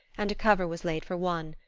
and a cover was laid for one,